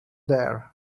there